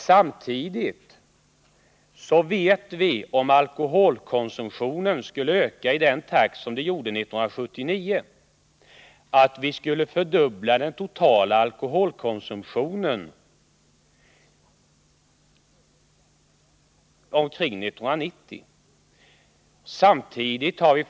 Samtidigt vet vi att om alkoholkonsumtionen skulle öka i samma takt som 1979 skulle den totala alkoholkonsumtionen bli dubbelt så stor omkring 1990.